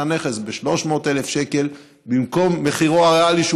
הנכס ב-300,000 שקל במקום במחירו הריאלי,